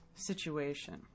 situation